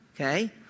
okay